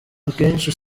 akenshi